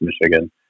Michigan